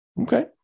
Okay